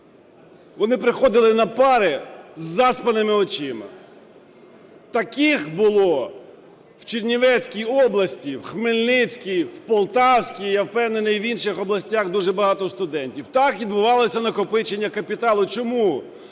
вони приходили на пари із заспаними очима. Таких було в Чернівецькій області, в Хмельницькій, в Полтавській, я впевнений, і в інших областях дуже багато студентів. Так відбулося накопичення капіталу. Чому?